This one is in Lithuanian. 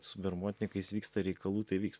su bermontininkais vyksta reikalų tai vyks